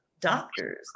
doctors